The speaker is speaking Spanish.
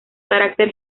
carácter